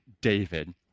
David